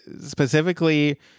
specifically